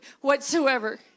whatsoever